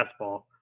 fastball